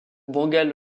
bengale